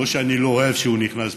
לא שאני לא אוהב שהוא נכנס מאוחר,